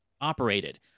operated